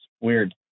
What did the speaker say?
weird